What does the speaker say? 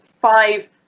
five